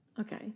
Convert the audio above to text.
Okay